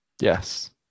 Yes